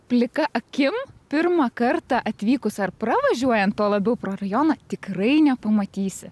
plika akim pirmą kartą atvykus ar pravažiuojant tuo labiau pro rajoną tikrai nepamatysi